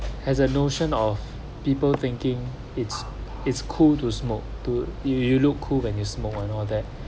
as a notion of people thinking it's it's cool to smoke too you you look cool when you smoke and all that